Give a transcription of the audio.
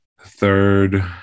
third